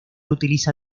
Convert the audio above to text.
utiliza